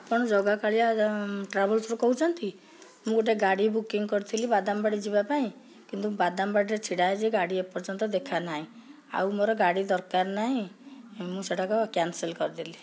ଆପଣ ଜଗାକାଳିଆ ଟ୍ରାଭେଲସ୍ରୁ କହୁଛନ୍ତି ମୁଁ ଗୋଟେ ଗାଡ଼ି ବୁକିଙ୍ଗ କରିଥିଲି ବାଦାମବାଡ଼ି ଯିବା ପାଇଁ କିନ୍ତୁ ବାଦାମବାଡ଼ିରେ ଛିଡ଼ା ହେଇଛି ଗାଡ଼ି ଏପର୍ଯ୍ୟନ୍ତ ଦେଖା ନାହିଁ ଆଉ ମୋର ଗାଡ଼ି ଦରକାର ନାହିଁ ମୁଁ ସେଟାକୁ କ୍ୟାନସଲ୍ କରିଦେଲି